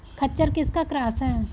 खच्चर किसका क्रास है?